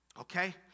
Okay